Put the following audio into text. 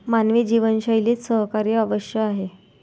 मानवी जीवनशैलीत सहकार्य आवश्यक आहे